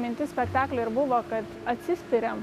mintis spektaklio ir buvo kad atsispiriam